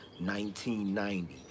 1990